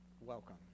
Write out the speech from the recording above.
welcome